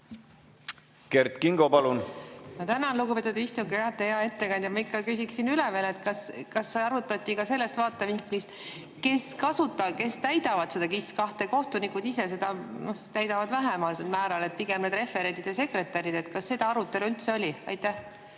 Kert Kingo, palun! Ma tänan, lugupeetud istungi juhataja! Hea ettekandja! Ma ikkagi küsiksin üle veel, et kas arutati ka sellest vaatevinklist, kes kasutavad ja täidavad seda KIS2? Kohtunikud ise seda täidavad vähemal määral, pigem need referendid ja sekretärid. Kas seda arutelu üldse oli? Ma